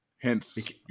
Hence